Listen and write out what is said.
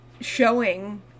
showing